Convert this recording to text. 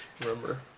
Remember